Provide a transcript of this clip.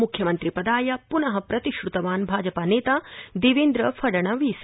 मुख्यमन्त्रिपदाय प्न प्रतिश्रतवान् भाजपानेता देवेन्द्रफणनवीस